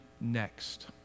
next